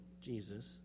Jesus